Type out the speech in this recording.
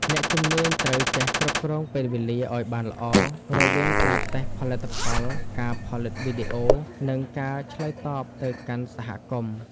អ្នកជំនាញត្រូវចេះគ្រប់គ្រងពេលវេលាឱ្យបានល្អ រវាងការតេស្តផលិតផល ការផលិតវីដេអូ និងការឆ្លើយតបទៅកាន់សហគមន៍។